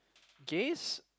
gays